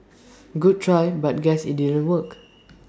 good try but guess IT didn't work